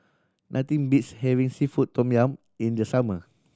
nothing beats having seafood tom yum in the summer